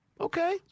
Okay